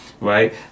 right